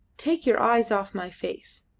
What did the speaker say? take your eyes off my face.